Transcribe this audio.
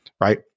right